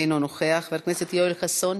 אינו נוכח, חבר הכנסת יואל חסון,